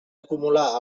acumular